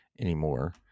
Anymore